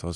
tuos